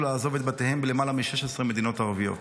לעזוב את בתיהם מלמעלה מ-16 מדינות ערביות.